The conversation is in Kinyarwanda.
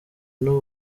n’u